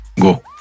Go